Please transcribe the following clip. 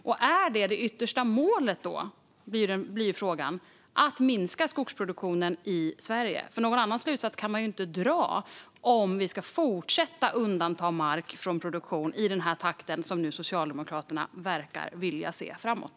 Frågan blir ju om det yttersta målet är att minska skogsproduktionen i Sverige. Någon annan slutsats kan man nämligen inte dra om vi ska fortsätta undanta mark från produktion i den takt som Socialdemokraterna verkar vilja se framåt.